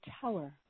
tower